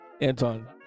Anton